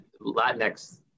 Latinx